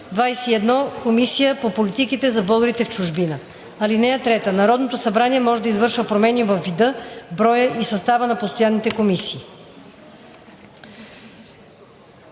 21. Комисия по политиките за българите в чужбина. (3) Народното събрание може да извършва промени във вида, броя и състава на постоянните комисии.“